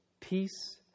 Peace